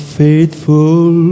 faithful